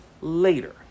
later